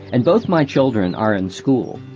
and both my children are in school.